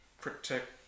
protect